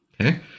Okay